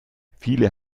viele